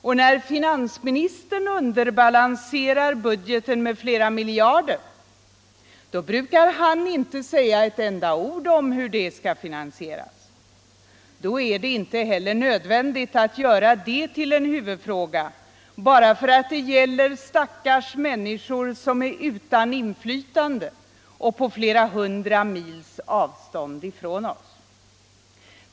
Och när finansministern underbalanserar budgeten med flera miljarder brukar han inte säga ett enda ord om hur det skall finansieras. Då är det inte heller nödvändigt att göra det finansiella till en huvudfråga, bara för att det gäller stackars människor som är utan inflytande och lever på flera hundra mils avstånd ifrån oss.